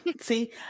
see